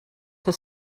his